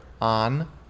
on